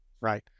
right